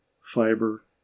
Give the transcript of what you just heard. fiber